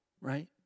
right